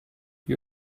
you